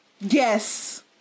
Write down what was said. Yes